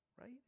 Right